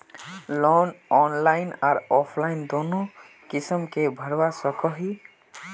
Loan online आर offline दोनों किसम के भरवा सकोहो ही?